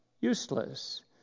useless